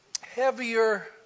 heavier